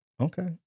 Okay